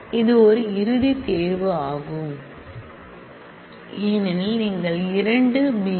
இது ஒரு இறுதித் செலெக்சன் ஏனெனில் நீங்கள் இரண்டு Bs r